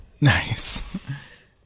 Nice